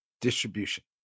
distribution